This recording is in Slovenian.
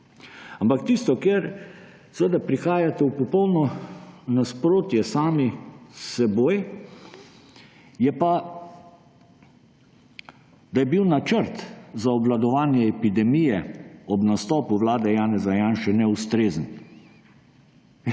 Ampak tisto, kjer prihajate v popolno nasprotje sami s seboj, je pa, da je bil načrt za obvladovanje epidemije ob nastopu vlade Janeza Janše neustrezen.